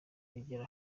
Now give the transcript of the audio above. ugera